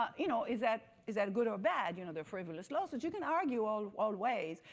ah you know is that is that good or bad? you know they're frivolous lawsuits. you can argue all all ways.